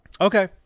Okay